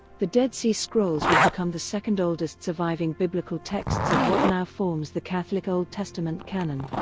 the dead sea scrolls would become the second-oldest surviving biblical texts of what now forms the catholic old testament canon.